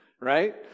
right